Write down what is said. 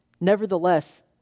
Nevertheless